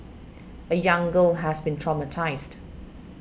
a young girl has been traumatised